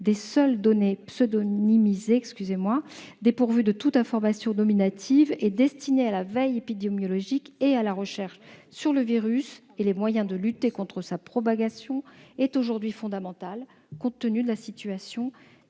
des seules données pseudonymisées dépourvues de toute information nominative et destinées à la veille épidémiologique et à la recherche sur le virus et les moyens de lutter contre sa propagation est aujourd'hui fondamentale, compte tenu de la situation